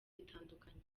bitandukanye